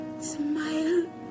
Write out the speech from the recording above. smile